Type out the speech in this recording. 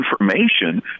information